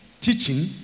teaching